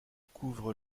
couvre